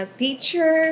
teacher